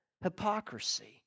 Hypocrisy